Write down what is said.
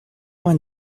vingt